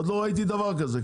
עוד לא ראיתי דבר כזה,